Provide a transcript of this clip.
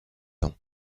ans